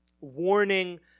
warning